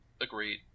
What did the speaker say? Agreed